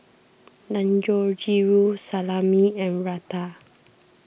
Dangojiru Salami and Raita